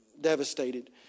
devastated